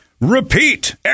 repeat